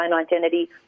identity